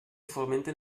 fomenten